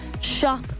shop